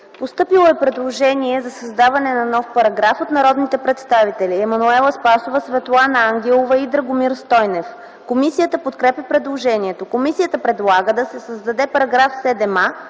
Постъпило е предложение за създаване на нов параграф от народните представители Емануела Спасова, Светлана Ангелова и Драгомир Стойнев. Комисията подкрепя предложението. Комисията предлага да се създаде § 7а,